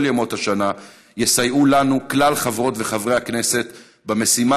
ימות השנה יסייעו לנו כלל חברות וחברי הכנסת במשימה